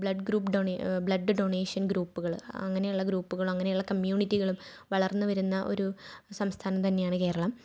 blood group donation blood donation ഗ്രൂപ്പ്കൾ അങ്ങനെയുള്ള ഗ്രൂപ്പുകൾ അങ്ങനേയുള്ള കമ്മ്യൂണിറ്റികളും വളർന്ന് വരുന്ന ഒരു സംസ്ഥാനം തന്നെയാണ് കേരളം